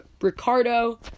Ricardo